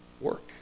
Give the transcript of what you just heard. work